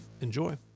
Enjoy